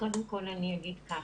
קודם כל אני אגיד כך,